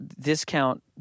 discount